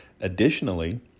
Additionally